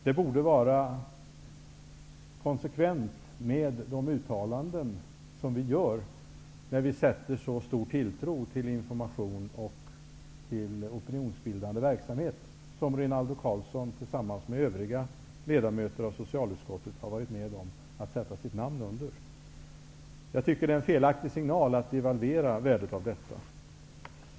Det borde vara i konsekvens med de uttalanden som vi gör när vi sätter så stor tilltro till information och opinionsbildande verksamhet, de uttalanden som Rinaldo Karlsson tillsammans med övriga ledamöter av socialutskottet har stått bakom. Jag tycker att det är en felaktig signal att devalvera värdet av detta.